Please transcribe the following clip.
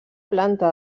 planta